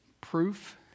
proof